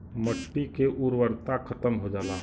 मट्टी के उर्वरता खतम हो जाला